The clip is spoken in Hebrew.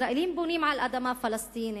ישראלים בונים על אדמה פלסטינית,